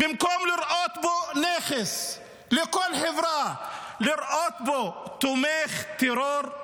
במקום נכס לכל חברה רואה בו תומך טרור,